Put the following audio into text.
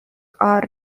are